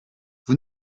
vous